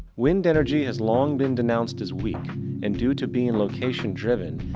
wind energy has long been denounced as weak and, due to being location driven,